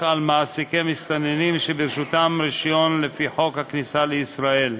על מעסיקי מסתננים שברשותם רישיון לפי חוק הכניסה לישראל.